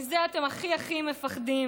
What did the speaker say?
מזה אתם הכי הכי מפחדים.